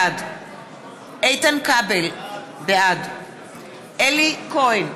בעד איתן כבל, בעד אלי כהן,